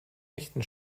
echten